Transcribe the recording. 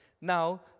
Now